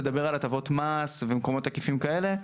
לדבר על הטבות מס בהיקפים כאלה.